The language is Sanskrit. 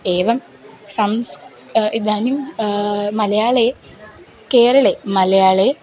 एवं संस् इदानीं मलयाळे केरळे मलयाळे